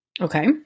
Okay